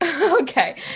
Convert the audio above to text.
Okay